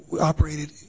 operated